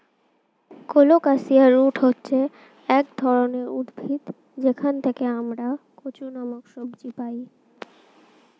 colocasia root হচ্ছে এক ধরনের উদ্ভিদ যেখান থেকে আমরা কচু নামক সবজি পাই